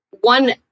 one